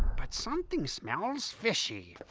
but something smells fishy.